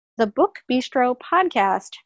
thebookbistropodcast